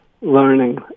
learning